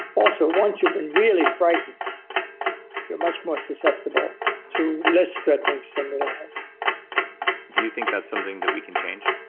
also, once you've been really frightened you're much more susceptible to less threatening stimuli do you think that's something that we can change?